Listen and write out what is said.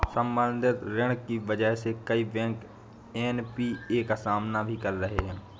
संवर्धित ऋण की वजह से कई बैंक एन.पी.ए का सामना भी कर रहे हैं